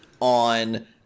on